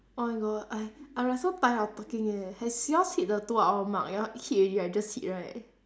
oh my god I I'm like so tired of talking eh has yours hit the two hour mark your hit already right just hit right